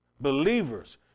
believers